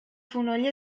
fonoll